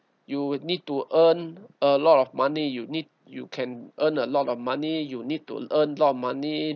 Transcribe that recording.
you need to earn a lot of money you need you can earn a lot of money you need to earn a lot of money